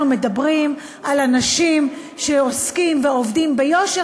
מדברים על אנשים שעוסקים ועובדים ביושר,